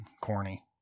Corny